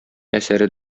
әсәре